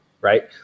right